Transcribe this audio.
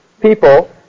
people